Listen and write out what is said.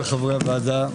חברי הוועדה,